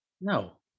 No